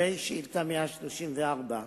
לשאילתא מס' 187,